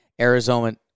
Arizona